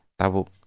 tabuk